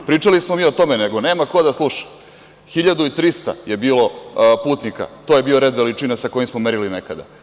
Pričali smo mi o tome, nego nema ko da sluša, 1300 je bilo putnika, to je bio red veličina sa kojim smo merili nekada.